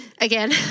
Again